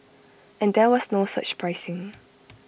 and there was no surge pricing